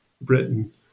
Britain